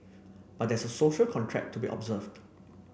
but there's social contract to be observed